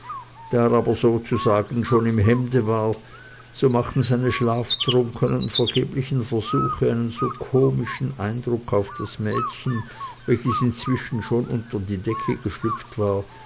er aber sozusagen schon im hemde war so machten seine schlaftrunkenen vergeblichen versuche einen so komischen eindruck auf das mädchen welches inzwischen schon unter die decke geschlüpft war